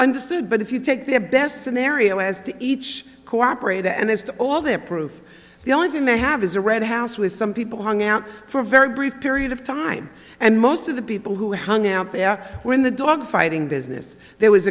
understood but if you take the best scenario as the each cooperated and it's all the proof the only thing they have is a red house with some people hung out for a very brief period of time and most of the people who hung out there were in the dogfighting business there was